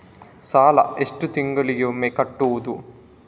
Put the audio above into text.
ಸಾಲ ಎಷ್ಟು ತಿಂಗಳಿಗೆ ಒಮ್ಮೆ ಕಟ್ಟುವುದು?